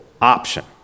option